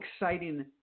exciting